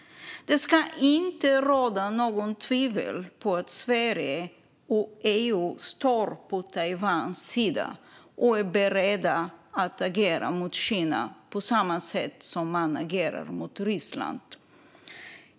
Det ska inte råda något tvivel om att Sverige och EU står på Taiwans sida och är beredda att agera mot Kina på samma sätt som man agerar mot Ryssland.